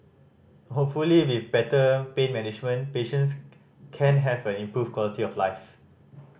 hopefully with better pain management patients can have an improved quality of life